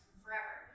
forever